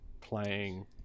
playing